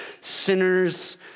sinners